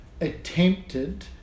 attempted